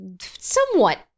Somewhat